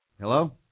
Hello